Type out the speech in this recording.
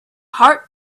heart